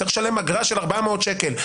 צריך לשם אגרה של 400 שקל,